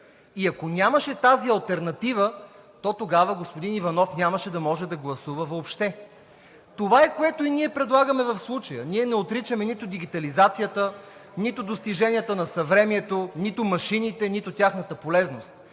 и ако я нямаше тази алтернатива, то тогава господин Иванов нямаше да може да гласува въобще. Това е, което ние предлагаме в случая. Ние не отричаме нито дигитализацията, нито достиженията на съвремието, нито машините, нито тяхната полезност.